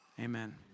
Amen